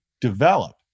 develop